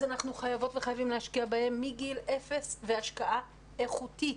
אז אנחנו חייבות וחייבים להשקיע בהם מגיל אפס בהשקעה איכותית,